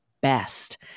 best